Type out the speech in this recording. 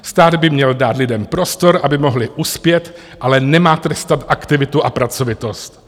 Stát by měl dát lidem prostor, aby mohli uspět, ale nemá trestat aktivitu a pracovitost.